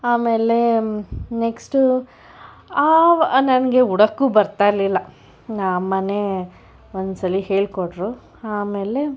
ಆಮೇಲೆ ನೆಕ್ಸ್ಟು ಆ ನನಗೆ ಉಡೋಕು ಬರ್ತಾಯಿರಲಿಲ್ಲ ನನ್ನ ಅಮ್ಮನೇ ಒಂದ್ಸಲ ಹೇಳಿಕೊಟ್ರು ಆಮೇಲೆ